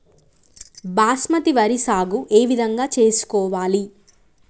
బాస్మతి వరి సాగు ఏ విధంగా చేసుకోవాలి?